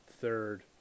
third